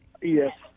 Yes